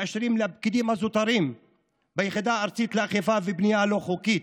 מאפשרים לפקידים הזוטרים ביחידה הארצית לאכיפה ובנייה הלא-חוקית